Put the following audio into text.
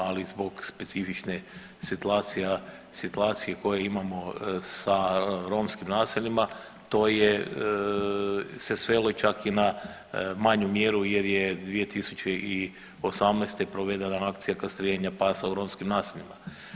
Ali zbog specifične situacije koje imamo sa romskim naseljima to se svelo čak i na manju mjeru jer je 2018. provedena akcija kastriranja pasa u romskim naseljima.